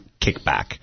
kickback